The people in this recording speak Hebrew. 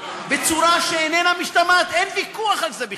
בצורה שאיננה משתמעת, אין ויכוח על זה בכלל.